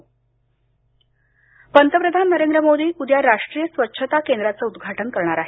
पंतप्रधान पंतप्रधान नरेंद्र मोदी उद्या राष्ट्रीय स्वच्छता केंद्राचं उद्घाटन करणार आहेत